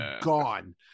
gone